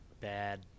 bad